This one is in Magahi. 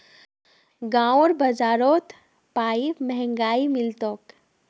गांउर बाजारत पाईप महंगाये मिल तोक